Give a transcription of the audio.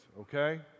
okay